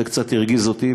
זה קצת הרגיז אותי,